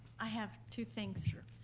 i have two things. sure.